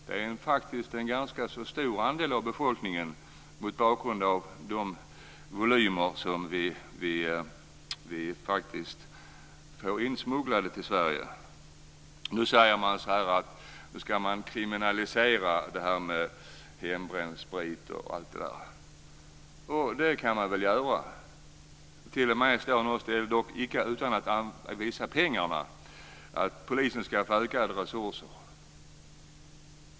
Det är faktiskt en ganska stor andel av befolkningen mot bakgrund av de volymer som vi får insmugglade till Sverige. Nu säger man att man ska kriminalisera hembränd sprit. Och det kan man väl göra. På något ställe står det t.o.m. - dock utan att man nämner pengarna - att polisen ska få ökade resurser.